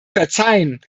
verzeihen